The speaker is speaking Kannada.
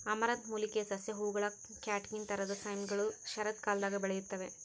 ಅಮರಂಥ್ ಮೂಲಿಕೆಯ ಸಸ್ಯ ಹೂವುಗಳ ಕ್ಯಾಟ್ಕಿನ್ ತರಹದ ಸೈಮ್ಗಳು ಶರತ್ಕಾಲದಾಗ ಬೆಳೆಯುತ್ತವೆ